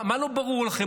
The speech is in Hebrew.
מה עוד לא ברור לכם,